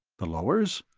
the lowers?